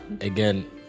again